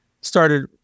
started